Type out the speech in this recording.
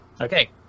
Okay